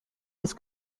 ist